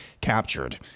captured